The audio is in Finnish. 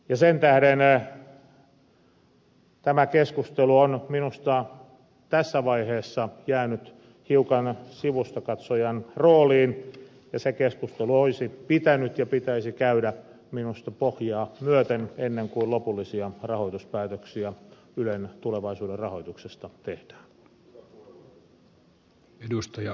sen tähden tämä keskustelu on minusta tässä vaiheessa jäänyt hiukan sivustakatsojan rooliin ja se keskustelu olisi pitänyt ja pitäisi käydä minusta pohjia myöten ennen kuin lopullisia rahoituspäätöksiä ylen tulevaisuuden rahoituksesta tehdään